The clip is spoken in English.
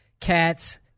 Cats